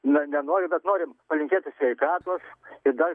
nu nenoriu bet norim palinkėti sveikatos ir dar